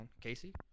Casey